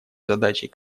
задачей